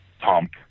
Pump